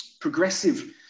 progressive